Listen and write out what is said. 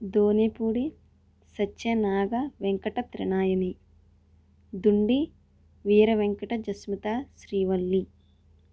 Donipudi Satyanaga Venkata Trinaini Dundi Veera Venkata Jasmitha Srivalli